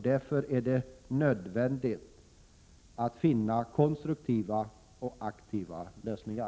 Därför är det nödvändigt att finna konstruktiva och effektiva lösningar.